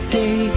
day